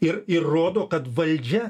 ir įrodo kad valdžia